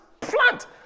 plant